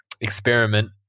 experiment